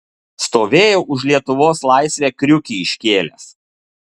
stovėjau už lietuvos laisvę kriukį iškėlęs